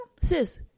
sis